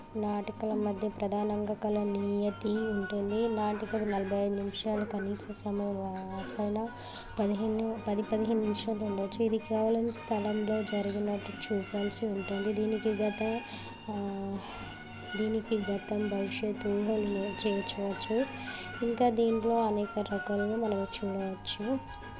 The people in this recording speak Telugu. నాటకాల మధ్య ప్రధానంగా కళ నియతి ఉంటుంది నాటకాలు నలభై ఐదు నిమిషాల కనీస సమయం అయిన పదిహేను పది పదిహేను నిమిషాలు ఉండొచ్చు ఇది కేవలం స్థలంలో జరిగిన చూడ్డానికి ఉంటుంది దీనికి గత దీనికి గతం భవిష్యత్తును నియంత్రించవచ్చు ఇంకా దీంట్లో అనేక రకాలుగా మనం చూడవచ్చు